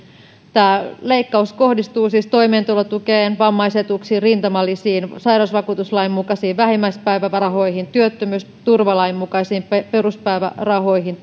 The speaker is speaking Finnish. leikkaus kohdistuu siis toimeentulotukeen vammaisetuuksiin rintamalisiin sairausvakuutuslain mukaisiin vähimmäispäivärahoihin työttömyysturvalain mukaisiin peruspäivärahoihin